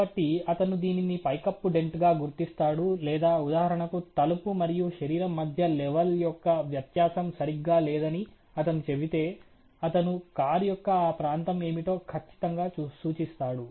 కాబట్టి అతను దీనిని పైకప్పు డెంట్గా గుర్తిస్తాడు లేదా ఉదాహరణకు తలుపు మరియు శరీరం మధ్య లెవెల్ యొక్క వ్యత్యాసం సరిగ్గా లేదని అతను చెబితే అతను కారు యొక్క ఆ ప్రాంతం ఏమిటో ఖచ్చితంగా సూచిస్తాడు